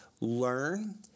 learn